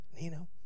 Nino